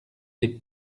les